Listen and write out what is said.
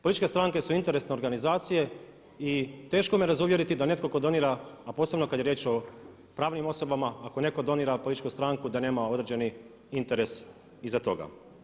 Političke stranke su interesne organizacije i teško me razuvjeriti da netko tko donira, a posebno kad je riječ o pravnim osobama, ako netko donira političku stranku da nema određeni interes iza toga.